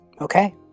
okay